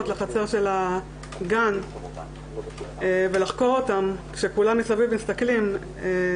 לחצר של הגן ולחקור אותם כשכולם מסביב מסתכלים.